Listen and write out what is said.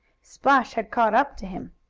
splash had caught up to him.